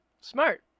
Smart